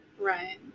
Right